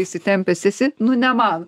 įsitempęs esi nu ne man